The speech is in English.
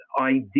idea